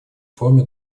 форме